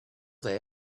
they